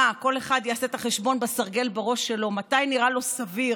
כל אחד יעשה את החשבון בסרגל בראש שלו מתי נראה סביר